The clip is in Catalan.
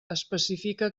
especifica